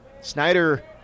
Snyder